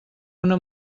una